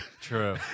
True